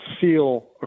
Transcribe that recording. seal